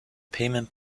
payment